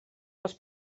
als